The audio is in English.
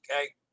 Okay